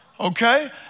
Okay